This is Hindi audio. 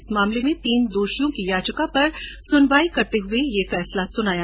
इस मामले के तीन दोषियों की याचिका पर सुनवाई करते हुए यह फैसला सुनाया